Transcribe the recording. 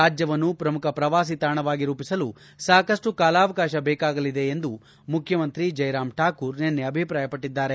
ರಾಜ್ಙವನ್ನು ಪ್ರಮುಖ ಪ್ರವಾಸಿ ತಾಣವಾಗಿ ರೂಪಿಸಲು ಸಾಕಷ್ಟು ಕಾಲಾವಕಾಶ ಬೇಕಾಗಲಿದೆ ಎಂದು ಮುಖ್ಲಮಂತ್ರಿ ಜಯರಾಮ್ ಠಾಕೂರ್ ನಿನ್ನೆ ಅಭಿಪ್ರಾಯಪಟ್ಟದ್ದಾರೆ